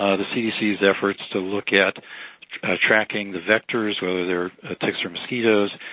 the cdc's efforts to look at tracking the vectors, whether they were ticks or mosquitos,